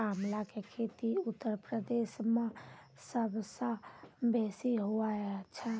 आंवला के खेती उत्तर प्रदेश मअ सबसअ बेसी हुअए छै